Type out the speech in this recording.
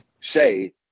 say